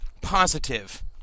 positive